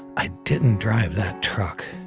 i didn't drive that truck,